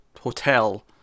hotel